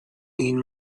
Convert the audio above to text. این